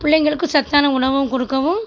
பிள்ளைங்களுக்கும் சத்தான உணவும் கொடுக்கவும்